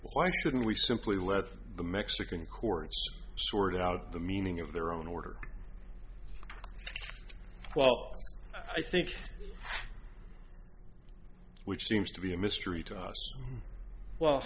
why shouldn't we simply let the mexican courts sort out the meaning of their own order while i think which seems to be a mystery to us well